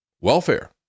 welfare